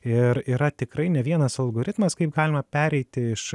ir yra tikrai ne vienas algoritmas kaip galima pereiti iš